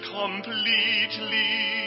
completely